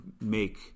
make